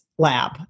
Lab